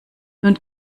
nun